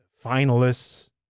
finalists